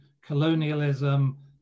colonialism